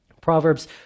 proverbs